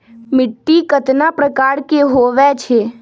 मिट्टी कतना प्रकार के होवैछे?